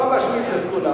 לא משמיץ את כולם.